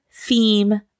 theme